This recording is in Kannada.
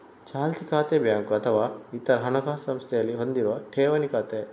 ಚಾಲ್ತಿ ಖಾತೆ ಬ್ಯಾಂಕು ಅಥವಾ ಇತರ ಹಣಕಾಸು ಸಂಸ್ಥೆಯಲ್ಲಿ ಹೊಂದಿರುವ ಠೇವಣಿ ಖಾತೆ